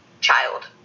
child